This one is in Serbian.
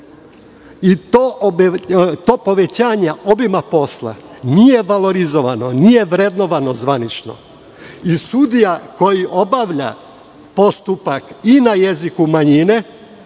povećanje obima posla nije valorizovano, nije vrednovano zvanično i sudija koji obavlja postupak i na jeziku manjine,